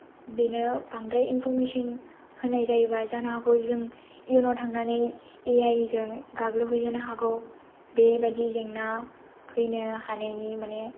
बेनो बांद्राय इनफर्मेसन होनाय जायोब्ला जानो हागौ जों इयुनाव थांनानै ए आइ जों गाग्लोबहैजानो हागौ बेबादि जेंना फैनो हानायनि माने